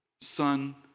son